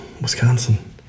Wisconsin